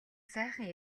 сайхан